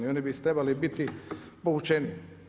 I oni bi trebali biti povučeni.